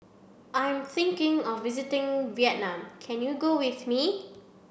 I'm thinking of visiting Vietnam can you go with me